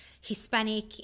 hispanic